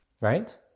right